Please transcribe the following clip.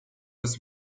was